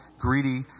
greedy